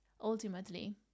ultimately